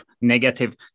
negative